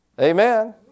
Amen